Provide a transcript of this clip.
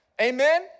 amen